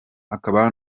akaba